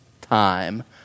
time